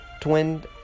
Twin